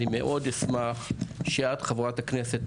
אני מאוד אשמח שאת חברת הכנסת,